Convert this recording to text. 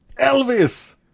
Elvis